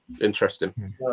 interesting